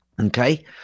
Okay